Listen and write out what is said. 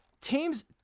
teams